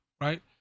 right